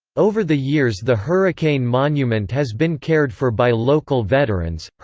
over the years the hurricane monument has been cared for by local veterans,